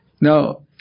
Now